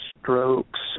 strokes